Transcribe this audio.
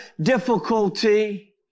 difficulty